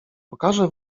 pokażę